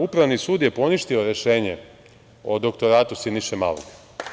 Upravni sud je poništio rešenje o doktoratu Siniše Malog.